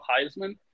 Heisman